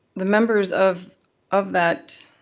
the members of of that